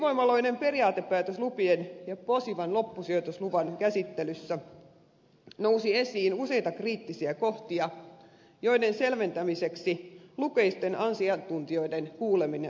ydinvoimaloiden periaatepäätöslupien ja posivan loppusijoitusluvan käsittelyssä nousi esiin useita kriittisiä kohtia joiden selventämiseksi lukuisten asiantuntijoiden kuuleminen oli tarpeen